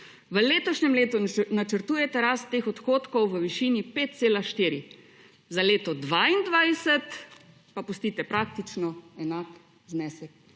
V letošnjem letu načrtujete rast teh odhodkov v višini 5,4, za leto 2022 pa pustite praktično enak znesek.